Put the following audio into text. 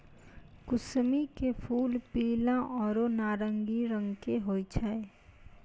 कुसमी के फूल पीला आरो नारंगी रंग के होय छै